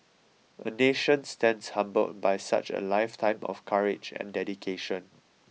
a nation stands humbled by such a lifetime of courage and dedication